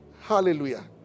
Hallelujah